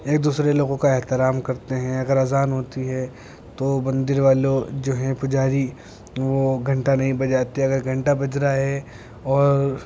ایک دوسرے لوگوں کا احترام کرتے ہیں اگر اذان ہوتی ہے تو مندر والوں جو ہیں پجاری وہ گھنٹہ نہیں بجاتے اگر گھنٹہ بج رہا ہے اور